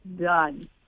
Done